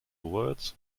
words